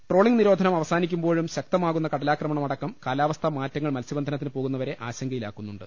trawling നിരോധനം അവസാനിക്കുമ്പോഴും ശക്തമാകുന്ന കടലാക്രമണമടക്കം കാലാവസ്ഥാമാറ്റങ്ങൾ മത്സ്യബന്ധനത്തിന് പോകുന്നവരെ ആശങ്കയിലാക്കുന്നുണ്ട്